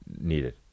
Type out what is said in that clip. needed